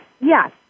yes